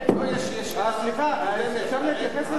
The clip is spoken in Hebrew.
סליחה, אפשר להתייחס לזה?